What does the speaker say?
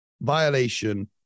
violation